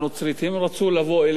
הם רצו לבוא אליך,